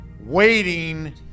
waiting